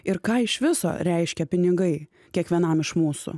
ir ką iš viso reiškia pinigai kiekvienam iš mūsų